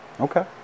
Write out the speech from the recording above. okay